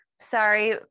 Sorry